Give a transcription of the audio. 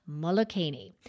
Molokini